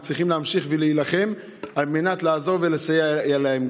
אני חושב שצריכים להמשיך ולהילחם על מנת לעזור ולסייע להם.